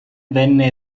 venne